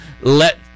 Let